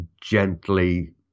gently